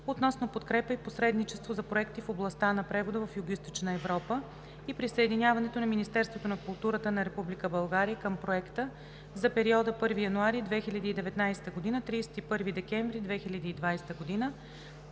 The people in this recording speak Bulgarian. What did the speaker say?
относно подкрепа и посредничество за проекти в областта на превода в Югоизточна Европа и присъединяването на Министерството на културата на Република България към проекта за периода 1 януари 2019 г. – 31 декември 2020 г.,